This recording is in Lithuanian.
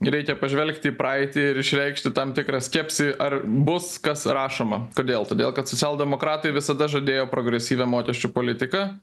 reikia pažvelgti į praeitį ir išreikšti tam tikrą skepsį ar bus kas rašoma kodėl todėl kad socialdemokratai visada žadėjo progresyvią mokesčių politiką